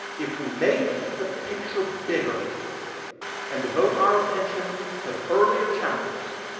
if we make the picture bigger and devote our attention to the earlier chapters,